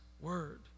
word